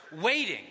waiting